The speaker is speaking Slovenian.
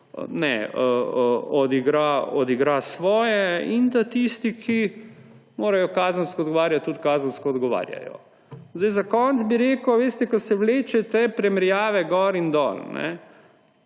odigra svoje in da tisti, ki morajo kazensko odgovarjati, tudi kazensko odgovarjajo. Za konec bi rekel, ko vlečete primerjave gor in dol.